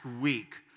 week